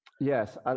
Yes